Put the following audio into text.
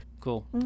Cool